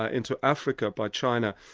ah into africa by china,